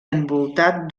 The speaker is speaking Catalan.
envoltat